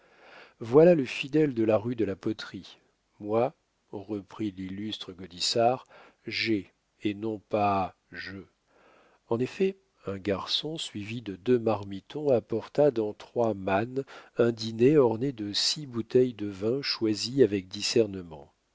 voilà le fidèle de la rue de la poterie moi reprit l'illustre gaudissart j'ai et non pas je en effet un garçon suivi de deux marmitons apporta dans trois mannes un dîner orné de six bouteilles de vin choisies avec discernement